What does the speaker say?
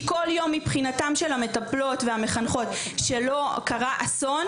כל יום מבחינתם של המטפלות והמחנכות שלא קרה אסון,